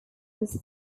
was